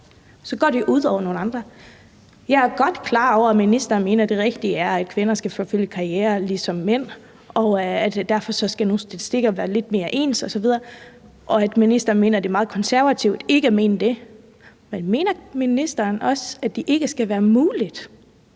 så går det jo ud over nogle andre. Jeg er godt klar over, at ministeren mener, at det rigtige er, at kvinder skal forfølge karriere ligesom mænd, og at nogle statistikker derfor skal være lidt mere ens osv., og at ministeren mener, det er meget konservativt ikke at mene det. Men mener ministeren også, at det ikke længere skal være muligt